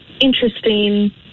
interesting